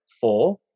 four